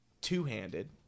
two-handed